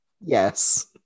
Yes